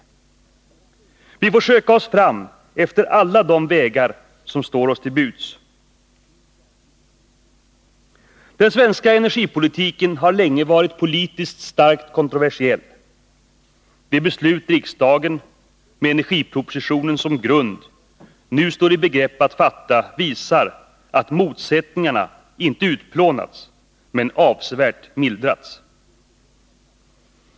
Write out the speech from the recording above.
Vi får söka oss fram efter alla de vägar som står oss till buds. Den svenska energipolitiken har länge varit politiskt starkt kontroversiell. Det beslut riksdagen med energipropositionen som grund nu står i begrepp att fatta visar att motsättningarna inte utplånats men avservärt mildrats.